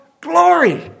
glory